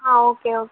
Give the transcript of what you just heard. ah okay okay